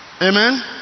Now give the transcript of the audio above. Amen